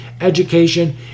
education